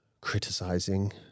criticizing